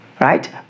right